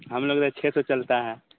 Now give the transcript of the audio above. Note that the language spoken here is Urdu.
ہم لوگ کے چھ سو چلتا ہے